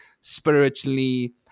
spiritually